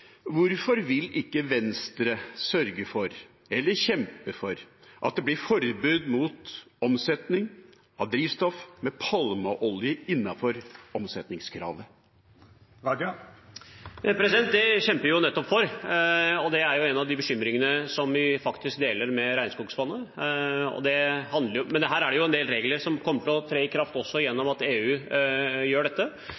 Hvorfor vil ikke Venstre sørge for – eller kjempe for – at det blir forbud mot omsetning av drivstoff med palmeolje innenfor omsetningskravet? Det kjemper vi for, og det er en av bekymringene vi deler med Regnskogfondet. Men her er det en del regler som kommer til å tre i kraft